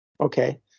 Okay